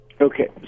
Okay